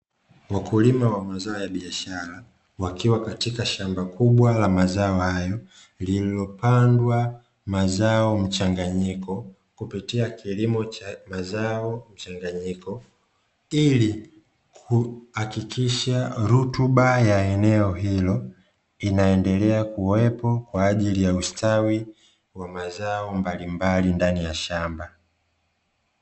Wakulima wa mazao la biashara wakiwa katika shamba kubwa la mazao hayo, lililopandwa mazao mchanganyiko kupitia kilimo cha mazao mchanganyiko ili kuhakikisha rutuba ya eneo hilo inaendelea kuwepo kwa ajili ya ustawi wa mazao mbalimbali ndani ya shamba.